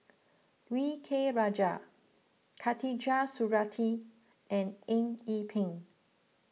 V K Rajah Khatijah Surattee and Eng Yee Peng